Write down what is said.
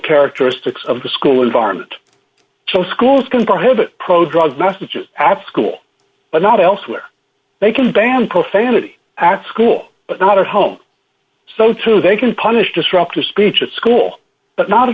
characteristics of the school environment so schools can prohibit pro drug messages at school but not elsewhere they can ban profanity at school but not at home some too they can punish destructive speech at school but no